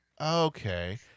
okay